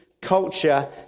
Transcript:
Culture